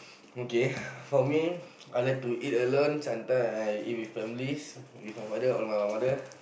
okay for me I like to eat sometime I eat with families with my mother or my father